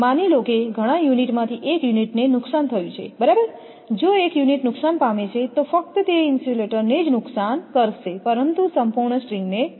માની લો કે ઘણા યુનિટમાંથી એક યુનિટને નુકસાન થયું છે બરાબર જો એક યુનિટ નુકસાન પામે છે તો ફક્ત તે ઇન્સ્યુલેટરને જ નુકસાન કરશે પરંતુ સંપૂર્ણ સ્ટ્રિંગને નહીં